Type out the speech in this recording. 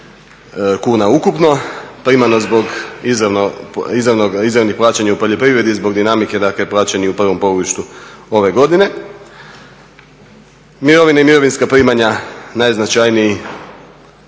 kuna ukupno, primarno zbog izravnih plaćanja u poljoprivredi zbog dinamike dakle plaćeni u prvom polugodištu ove godine. Mirovine i mirovinska primanja najznačajnija